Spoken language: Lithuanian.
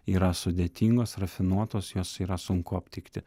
yra sudėtingos rafinuotos jas yra sunku aptikti